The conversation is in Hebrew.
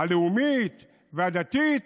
הלאומית והדתית?